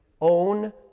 own